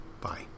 Bye